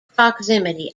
proximity